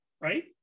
right